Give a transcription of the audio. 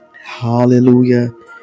hallelujah